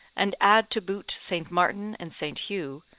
and add to boot st. martin and st. hugh,